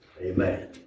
Amen